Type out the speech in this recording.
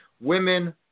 Women